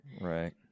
right